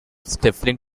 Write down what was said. stifling